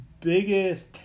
biggest